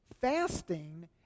Fasting